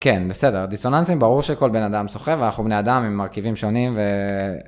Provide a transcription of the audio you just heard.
כן בסדר, דיסוננסים ברור שכל בן אדם סוחב ואנחנו בני אדם עם מרכיבים שונים.